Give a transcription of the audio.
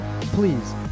please